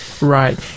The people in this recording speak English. Right